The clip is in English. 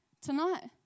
tonight